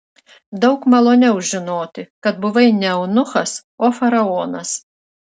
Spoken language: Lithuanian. daug maloniau žinoti kad buvai ne eunuchas o faraonas